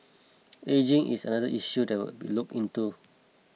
ageing is another issue that will be looked into